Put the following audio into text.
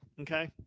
okay